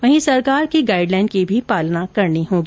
वही सरकार की गाईडलाईन की भी पालना करनी होगी